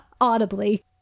audibly